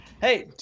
hey